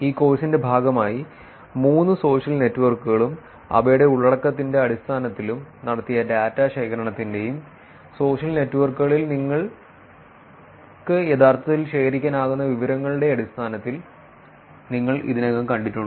ഈ കോഴ്സിന്റെ ഭാഗമായി മൂന്ന് സോഷ്യൽ നെറ്റ്വർക്കുകളും അവയുടെ ഉള്ളടക്കത്തിന്റെ അടിസ്ഥാനത്തിലും നടത്തിയ ഡാറ്റ ശേഖരണത്തിന്റെയും സോഷ്യൽ നെറ്റ്വർക്കുകളിൽ നിന്ന് നിങ്ങൾക്ക് യഥാർത്ഥത്തിൽ ശേഖരിക്കാനാകുന്ന വിവരങ്ങളുടെയും അടിസ്ഥാനത്തിൽ നിങ്ങൾ ഇതിനകം കണ്ടിട്ടുണ്ട്